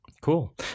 Cool